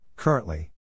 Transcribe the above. Currently